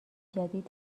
جدید